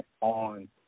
on